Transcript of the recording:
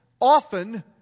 often